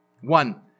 One